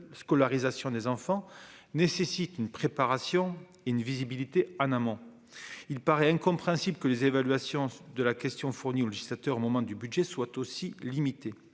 scolarisation des enfants nécessite une préparation et une visibilité à maman, il paraît incompréhensible que les évaluations de la question fournit au législateur, au moment du budget soit aussi limitée,